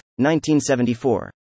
1974